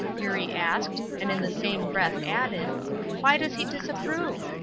eurie asked and in the same breath added why does he disapprove?